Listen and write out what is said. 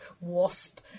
wasp